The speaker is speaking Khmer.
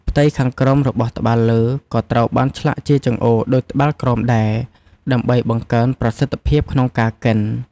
ផ្ទៃខាងក្រោមរបស់ត្បាល់លើក៏ត្រូវបានឆ្លាក់ជាចង្អូរដូចត្បាល់ក្រោមដែរ ដើម្បីបង្កើនប្រសិទ្ធភាពក្នុងការកិន។